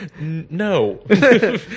No